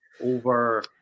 over